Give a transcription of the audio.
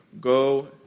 go